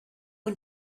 and